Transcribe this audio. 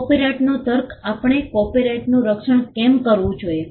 કોપિરાઇટનો તર્ક આપણે કોપિરાઇટનું રક્ષણ કેમ કરવું જોઈએ